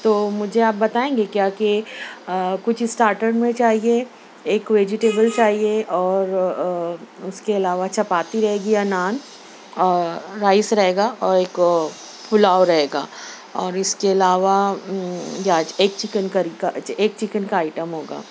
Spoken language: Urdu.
تو مجھے آپ بتائیں گے کیا کہ کچھ اسٹارٹر میں چاہیے ایک ویجیٹیبل چاہیے اور اس کے علاوہ چپاتی رہے گی یا نان اور رائس رہے گا اور ایک پلاؤ رہے گا اور اس کے علاوہ ایک چکن کری کا ایک چکن کا آئٹم ہوگا